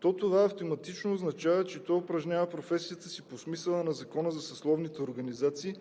то това автоматично означава, че той упражнява професията си по смисъла на Закона за съсловните организации